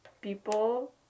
people